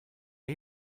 did